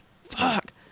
fuck